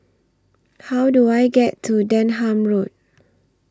How Do I get to Denham Road